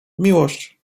miłość